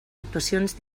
actuacions